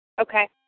Okay